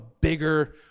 bigger